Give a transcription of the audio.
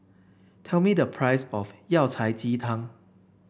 tell me the price of Yao Cai Ji Tang